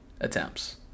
attempts